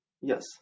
Yes